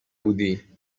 بودی